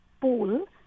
pool